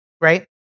right